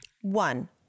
one